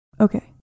Okay